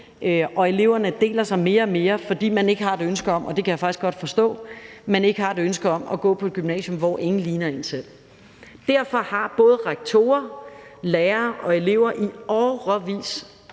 og eleverne deler sig mere og mere, fordi man ikke har et ønske om – og det kan jeg faktisk godt forstå – at gå på et gymnasium, hvor ingen ligner en selv. Derfor har både rektorer, lærere og elever i årevis